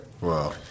Wow